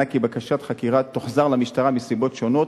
שבקשת חקירה תוחזר למשטרה מסיבות שונות,